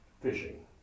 fishing